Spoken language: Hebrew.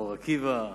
באור-עקיבא.